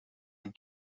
and